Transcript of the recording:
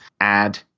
add